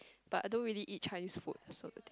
but I don't really eat Chinese food